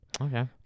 okay